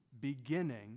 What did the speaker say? beginning